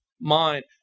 mind